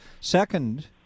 second